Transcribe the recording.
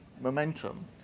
momentum